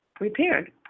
repaired